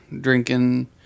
drinking